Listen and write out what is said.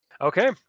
Okay